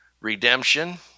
redemption